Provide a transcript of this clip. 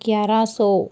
ਗਿਆਰਾਂ ਸੌ